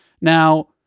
Now